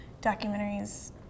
documentaries